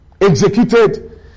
executed